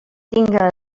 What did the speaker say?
tinga